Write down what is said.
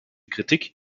kritik